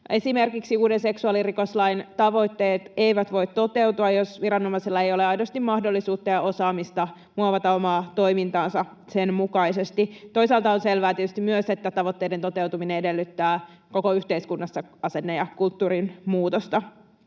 Esimerkiksi uuden seksuaalirikoslain tavoitteet eivät voi toteutua, jos viranomaisilla ei ole aidosti mahdollisuutta ja osaamista muovata omaa toimintaansa sen mukaisesti. Toisaalta on selvää tietysti myös, että tavoitteiden toteutuminen edellyttää koko yhteiskunnassa asenteen ja kulttuurin muutosta.